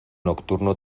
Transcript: nocturno